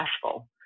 successful